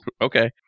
Okay